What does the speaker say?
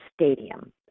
stadium